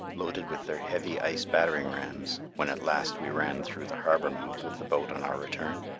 loaded with their heavy ice battering-rams, when at last we ran through the harbor-mouth with the boat on our return,